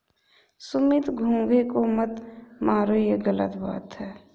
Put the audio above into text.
सुमित घोंघे को मत मारो, ये गलत बात है